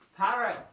Paris